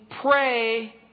pray